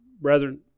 Brethren